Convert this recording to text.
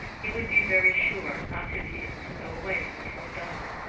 he would be very sure not to be able to go away before dawn.